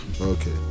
Okay